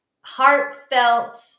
heartfelt